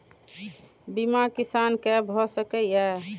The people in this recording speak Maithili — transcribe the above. बीमा किसान कै भ सके ये?